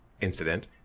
incident